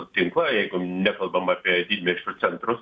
tinklą jeigu nekalbam apie didmiesčio centrus